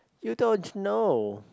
you don't know